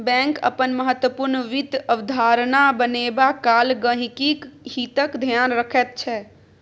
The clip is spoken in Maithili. बैंक अपन महत्वपूर्ण वित्त अवधारणा बनेबा काल गहिंकीक हितक ध्यान रखैत छै